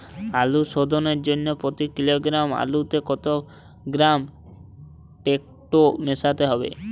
আলু শোধনের জন্য প্রতি কিলোগ্রাম আলুতে কত গ্রাম টেকটো মেশাতে হবে?